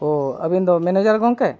ᱳᱻ ᱟᱹᱵᱤᱱ ᱫᱚ ᱢᱮᱱᱮᱡᱟᱨ ᱜᱚᱢᱠᱮ